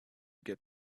get